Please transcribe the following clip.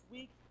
Week